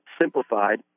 simplified